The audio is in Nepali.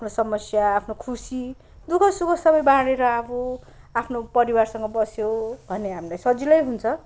आफ्नो समस्या आफ्नो खुसी दुःख सुख सबै बाडेर अब आफ्नो परिवारसँग बस्यो भने हामीलाई सजिलै हुन्छ